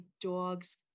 dog's